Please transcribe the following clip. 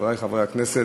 חברי חברי הכנסת,